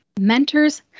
mentors